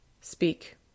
Speak